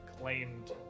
claimed